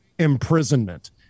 imprisonment